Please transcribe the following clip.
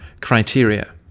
criteria